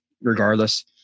Regardless